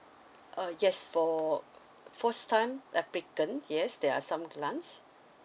uh yes for first time applicant yes there are some grants